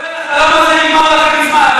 יואל, החלום הזה נגמר לכם מזמן.